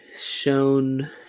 shown